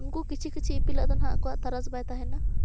ᱩᱱᱠᱩ ᱠᱤᱪᱷᱩ ᱠᱤᱪᱷᱤ ᱤᱯᱤᱞ ᱫᱚ ᱱᱟᱦᱟᱜ ᱟᱠᱚᱣᱟᱜ ᱛᱟᱨᱟᱥ ᱵᱟᱭ ᱛᱟᱦᱮᱱᱟ